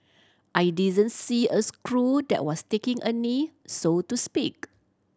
I didn't see a crew that was taking a knee so to speak